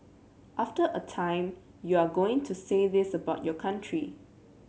after a time you are going to say this about your country